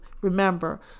Remember